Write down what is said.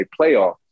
playoff